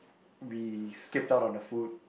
we skip out on the food